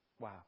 Wow